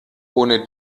ohne